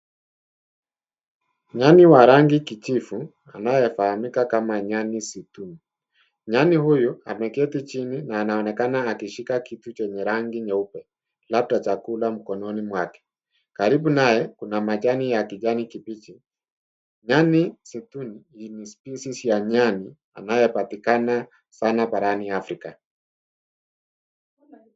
Nyani wa rangi kijivu anayefahamika kama nyani zituni. Nyani huyu ameketi chini na anaonekana akishika kitu chenye rangi nyeupe labda chakula mkononi mwake. Karibu naye, kuna majani ya kijani kibichi. Nyani zituni ni species ya nyani anayepatikana sana barani Afrika.